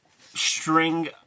string